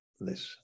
listen